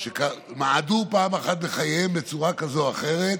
שמעדו פעם אחת בחייהם בצורה כזו או אחרת,